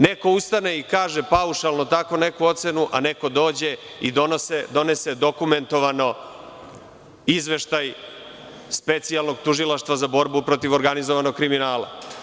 Neko ustane i kaže paušalno tako neku ocenu, a neko dođe i donese dokumentovano izveštaj Specijalnog tužilaštva za borbu protiv organizovanog kriminala.